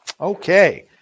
Okay